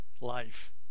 life